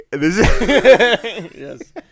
Yes